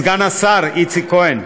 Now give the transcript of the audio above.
כבוד סגן השר איציק כהן,